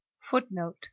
footnote